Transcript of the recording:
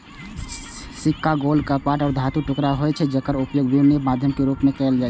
सिक्का गोल, सपाट धातुक टुकड़ा होइ छै, जेकर उपयोग विनिमय माध्यम के रूप मे कैल जाइ छै